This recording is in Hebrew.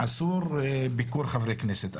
אסור ביקור חברי כנסת.